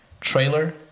Trailer